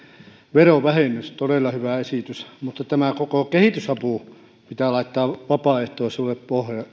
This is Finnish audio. verovähennys on todella hyvä esitys mutta tämä koko kehitysapu pitää laittaa vapaaehtoisuuden